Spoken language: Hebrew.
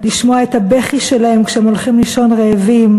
לשמוע את הבכי שלהם כשהם הולכים לישון רעבים.